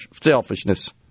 selfishness